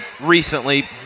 recently